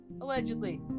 allegedly